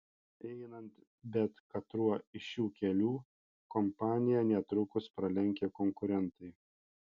einant bet katruo iš šių kelių kompaniją netrukus pralenkia konkurentai